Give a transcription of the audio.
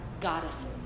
Goddesses